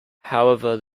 however